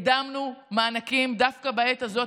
הקדמנו מענקים דווקא בעת הזאת,